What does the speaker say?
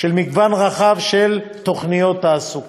של מגוון רחב של תוכניות תעסוקה.